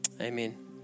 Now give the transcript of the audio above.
Amen